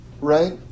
right